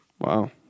Wow